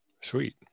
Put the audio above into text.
Sweet